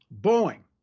Boeing